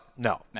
No